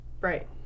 Right